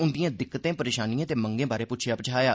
उन्दिये दिक्कतें परेशानियें ते मंगें बारै पच्छेया पछाया